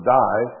die